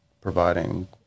providing